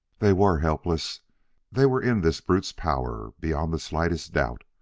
they were helpless they were in this brute's power beyond the slightest doubt.